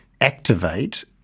activate